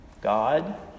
God